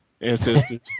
ancestors